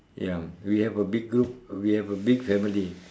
ya we have a big group we have a big family